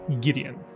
Gideon